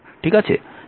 ঠিক আছে